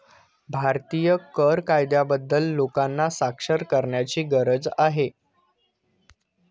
भारतीय कर कायद्याबद्दल लोकांना साक्षर करण्याची गरज आहे